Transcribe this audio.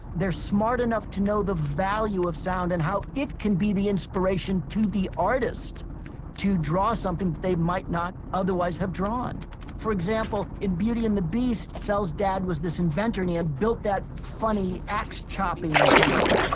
they're smart enough to know the value of sound and how it can be the inspiration to the artist to draw something that they might not otherwise have drawn for example, in beauty and the beast, belle's dad was this inventor, and he had built that funny ax-chopping machine.